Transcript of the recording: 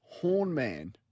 Hornman